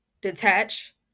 detach